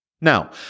Now